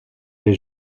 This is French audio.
les